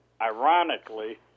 ironically